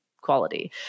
quality